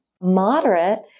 Moderate